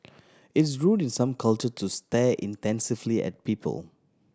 it's rude in some culture to stare intensely at people